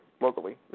locally